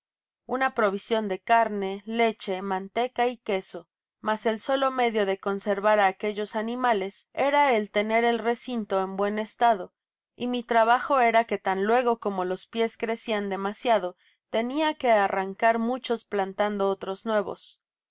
una provision de carne leche manteca y queso mas el solo medio de conservar aquellos animales era el tener el recinto en buen estado y mi trabajo era que tan luego como los pies crecian demasiado tenia que arrancar muchos plantando otros nuevos